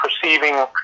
perceiving